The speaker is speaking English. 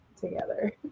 together